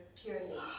period